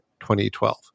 2012